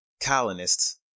colonists